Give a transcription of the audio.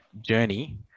journey